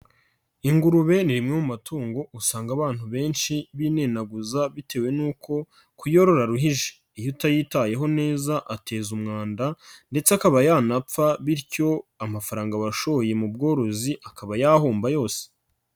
Ingurube ni rimwe mu matungo usanga abantu benshi binenaguza bitewe n'uko kuyorora aruhije, iyo utayitayeho neza ateza umwanda ndetse akaba yanapfa bityo amafaranga washoye mu bworozi akaba yahomba yose.